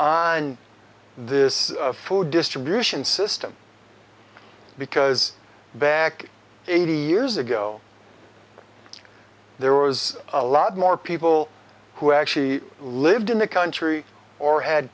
on this food distribution system because back eighty years ago there was a lot more people who actually lived in the country or had